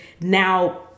now